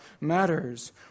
matters